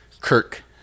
Kirk